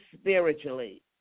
spiritually